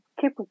keep